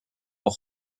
will